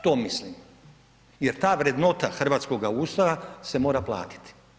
To mislim jer ta vrednota hrvatskoga Ustava se mora platiti.